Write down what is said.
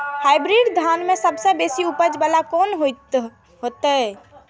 Hybrid धान में सबसे बेसी उपज बाला कोन हेते?